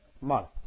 month